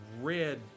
red